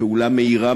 לפעולה מהירה,